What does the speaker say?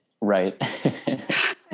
Right